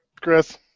Chris